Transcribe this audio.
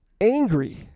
angry